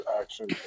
action